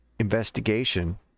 investigation